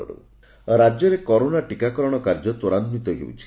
ଟିକାକରଣ ରାଜ୍ୟରେ କରୋନା ଟିକାକରଣ କାର୍ଯ୍ୟ ତ୍ୱରାନ୍ୱିତ ହୋଇଛି